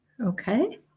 Okay